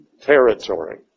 territory